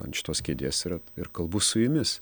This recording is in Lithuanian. ant šitos kėdės ir ir kalbų su jumis